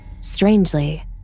Strangely